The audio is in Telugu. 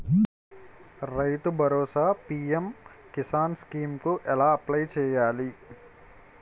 రైతు భరోసా పీ.ఎం కిసాన్ స్కీం కు ఎలా అప్లయ్ చేయాలి?